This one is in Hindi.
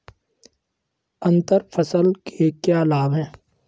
अंतर फसल के क्या लाभ हैं?